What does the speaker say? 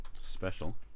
special